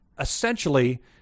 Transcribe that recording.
essentially